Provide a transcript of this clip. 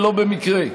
ולא במקרה.